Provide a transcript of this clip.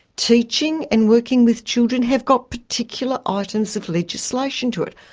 teaching and working with children have got particular ah items of legislation to it.